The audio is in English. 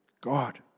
God